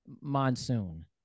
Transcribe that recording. monsoon